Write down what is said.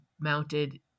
mounted